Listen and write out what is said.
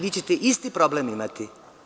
Vi ćete isti problem imati.